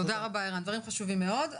תודה רבה, ערן, דברים חשובים מאוד.